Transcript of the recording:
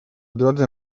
drodze